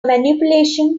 manipulation